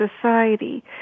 society